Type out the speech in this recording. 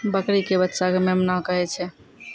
बकरी के बच्चा कॅ मेमना कहै छै